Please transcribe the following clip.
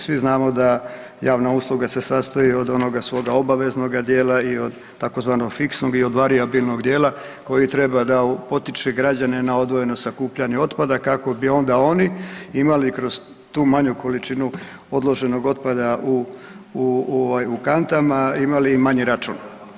Svi znamo da javna usluga se sastoji od onoga svoga obaveznoga dijela i od tzv. fiksnog i od varijabilnog dijela koji treba da potiče građane na odvojeno sakupljanje otpada kako bi onda oni imali kroz tu manju količinu odloženog otpada u, u, u ovaj, u kantama imali manji račun.